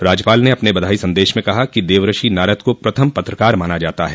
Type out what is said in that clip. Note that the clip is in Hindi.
राज्यपाल ने अपने बधाई सन्देश में कहा कि देवर्षि नारद को प्रथम पत्रकार माना जाता है